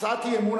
הצעת אי-אמון,